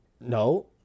No